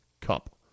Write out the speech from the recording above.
cup